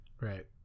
Right